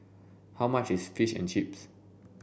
how much is Fish and Chips